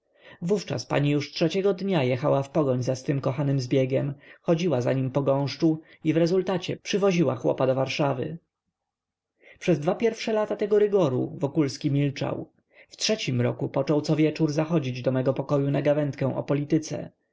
wówczas pani już trzeciego dnia jechała w pogoń za swym kochanym zbiegiem chodziła za nim po gąszczu i w rezultacie przywoziła chłopa do warszawy przez dwa pierwsze lata tego rygoru wokulski milczał w trzecim roku począł co wieczór zachodzić do mego pokoju na gawędkę o polityce